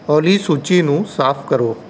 ਓਲੀ ਸੂਚੀ ਨੂੰ ਸਾਫ਼ ਕਰੋ